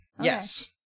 Yes